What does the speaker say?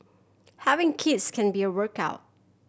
having kids can be a workout